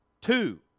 Two